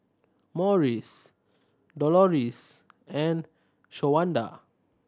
Morris Doloris and Shawanda